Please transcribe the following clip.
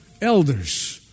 elders